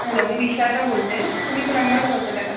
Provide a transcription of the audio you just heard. hello मी विशाखा बोलते आहे तुम्ही प्लंबर बोलतात आहे का